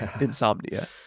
insomnia